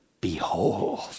behold